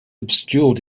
obscured